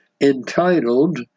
entitled